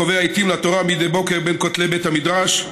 הקובע עיתים לתורה מדי בוקר בין כותלי בית המדרש,